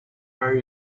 are